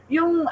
Yung